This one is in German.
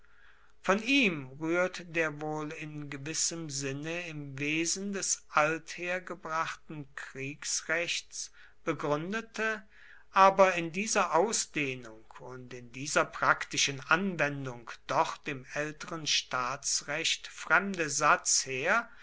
von ihm rührt der wohl in gewissem sinne im wesen des althergebrachten kriegsrechts begründete aber in dieser ausdehnung und in dieser praktischen anwendung doch dem älteren staatsrecht fremde satz her